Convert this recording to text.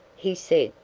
he said,